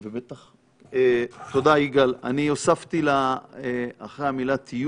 אבל חשוב מאוד שבאמת הקריאה תהיה לא רק לרשויות,